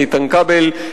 איתן כבל,